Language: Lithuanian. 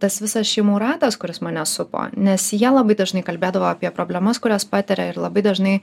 tas visas šeimų ratas kuris mane supo nes jie labai dažnai kalbėdavo apie problemas kurios patiria ir labai dažnai